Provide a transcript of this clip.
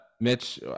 Mitch